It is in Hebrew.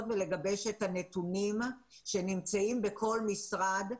ולגבש את הנתונים שנמצאים בכל משרד,